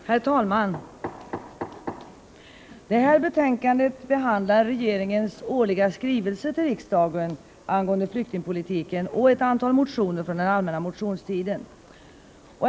Herr talman! Detta betänkande behandlar regeringens årliga skrivelse till riksdagen angående flyktingpolitiken samt ett antal motioner från den allmänna motionstiden.